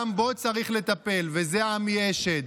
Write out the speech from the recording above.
גם בו צריך לטפל, וזה עמי אשד,